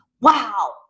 wow